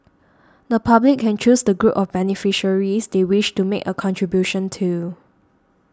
the public can choose the group of beneficiaries they wish to make a contribution to